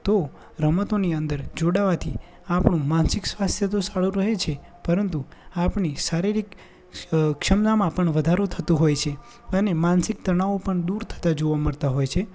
તો રમતોની અંદર જોડાવાથી આપણું માનસિક સ્વાસ્થ્ય તો સારું રહે છે પરંતુ આપણી શારીરિક ક્ષમતામાં પણ વધારો થતો હોય છે અને માનસિક તણાવો પણ દૂર થતા જોવા મળતા હોય છે